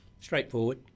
straightforward